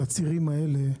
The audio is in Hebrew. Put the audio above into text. הצירים האלה,